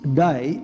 die